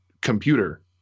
computer